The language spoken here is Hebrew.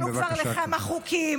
הצטרפתם אלינו כבר לכמה חוקים.